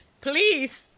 please